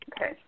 okay